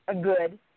good